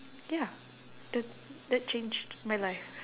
ya that that changed my life